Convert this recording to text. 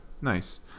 Nice